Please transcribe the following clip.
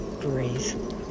breathe